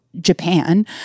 Japan